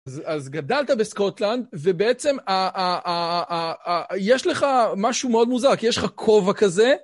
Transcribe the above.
אז גדלת בסקוטלנד, ובעצם יש לך משהו מאוד מוזר, כי יש לך כובע כזה.